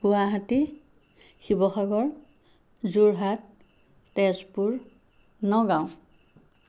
Guwahati Sivasagar Jorhat Tezpur Nagaon